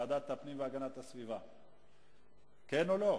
ועדת הפנים והגנת הסביבה, כן או לא?